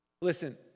listen